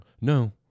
No